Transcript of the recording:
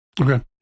Okay